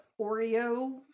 Oreo